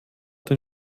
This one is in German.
den